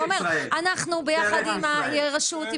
אתה אומר אנחנו ביחד עם הרשות,